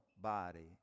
body